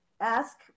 ask